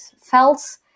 felt